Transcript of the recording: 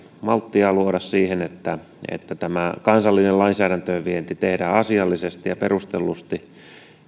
malttia luoda siihen että että tämä kansallinen lainsäädäntöön vienti tehdään asiallisesti ja perustellusti